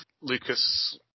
Lucas